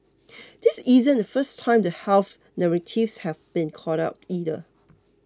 this isn't the first time the health narratives have been called out either